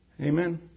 Amen